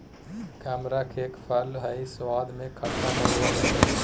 कमरख एक फल हई स्वाद में खट्टा होव हई